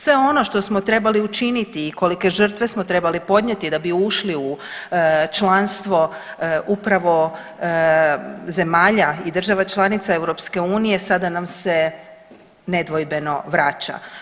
Sve ono što smo trebali učiniti i kolike žrtve smo trebali podnijeti da bi ušli u članstvo upravo zemalja i država članica Europske unije sada nam se nedvojbeno vraća.